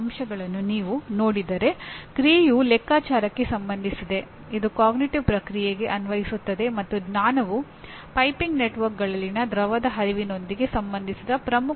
ತಂಡದಲ್ಲಿ ಕೆಲಸ ಮಾಡುವಾಗ ಕಠಿಣವಾದ ಸ್ವತಂತ್ರ ನಿಲುವನ್ನು ತೆಗೆದುಕೊಳ್ಳಲು ಸಾಧ್ಯವಿಲ್ಲ ಮತ್ತು ಒಬ್ಬನು ಇತರರೊಂದಿಗೆ ಕೆಲಸ ಮಾಡಲು ಕಲಿಯಬೇಕು